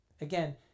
again